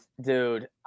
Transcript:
dude